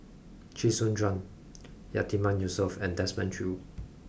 Chee Soon Juan Yatiman Yusof and Desmond Choo